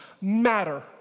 matter